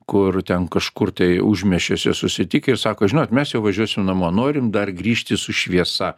kur ten kažkur tai užmiesčiuose susitikę ir sako žinot mes jau važiuosim namo norim dar grįžti su šviesa